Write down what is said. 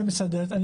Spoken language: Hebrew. מבלבלת.